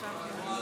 מצביע דני דנון,